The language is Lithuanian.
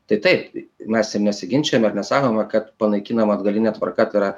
tai taip mes ir nesiginčijame ar nesakome kad panaikinama atgaline tvarka tai yra